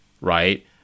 right